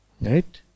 right